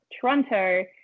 Toronto